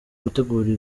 gutegura